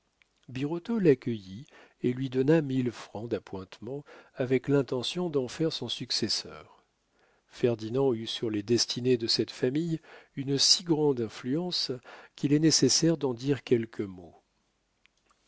l'accueillit et lui donna mille francs d'appointements avec l'intention d'en faire son successeur ferdinand eut sur les destinées de cette famille une si grande influence qu'il est nécessaire d'en dire quelques mots